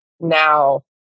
now